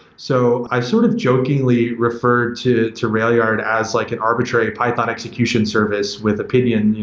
so, i sort of jokingly referred to to railyard as like an arbitrary python execution service with opinion,